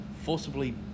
forcibly